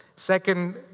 Second